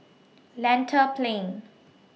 Lentor Plain